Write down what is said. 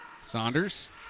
Saunders